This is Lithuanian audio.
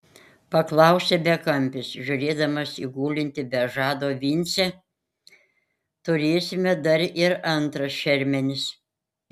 paklausė bekampis žiūrėdamas į gulintį be žado vincę turėsime dar ir antras šermenis